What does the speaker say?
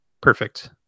perfect